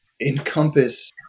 encompass